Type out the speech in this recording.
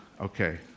okay